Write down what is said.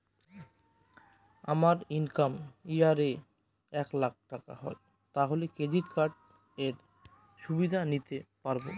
আমার income year এ এক লাক টাকা হয় তাহলে ক্রেডিট কার্ড এর সুবিধা নিতে পারবো?